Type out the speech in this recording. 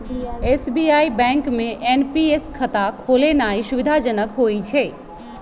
SBI bank में NPS खता खोलेनाइ सुविधाजनक होइ छइ